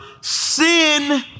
Sin